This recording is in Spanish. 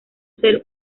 ser